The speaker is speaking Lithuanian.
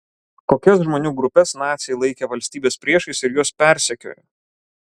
kokias žmonių grupes naciai laikė valstybės priešais ir juos persekiojo